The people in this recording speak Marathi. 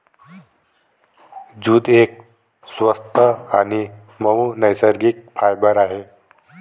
जूट एक स्वस्त आणि मऊ नैसर्गिक फायबर आहे